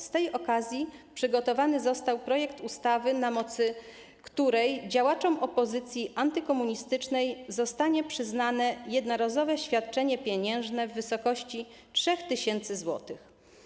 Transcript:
Z tej okazji przygotowany został projekt ustawy, na mocy której działaczom opozycji antykomunistycznej zostanie przyznane jednorazowe świadczenie pieniężne w wysokości 3 tys. zł.